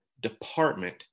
department